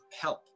help